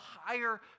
higher